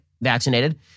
vaccinated